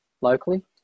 locally